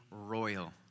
royal